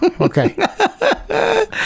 Okay